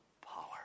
power